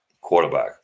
quarterback